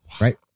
Right